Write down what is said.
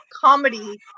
comedy